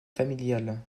familiale